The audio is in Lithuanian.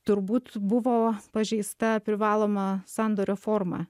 turbūt buvo pažeista privaloma sandorio forma